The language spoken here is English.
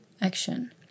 action